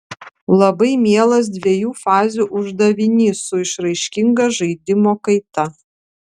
labai mielas dviejų fazių uždavinys su išraiškinga žaidimo kaita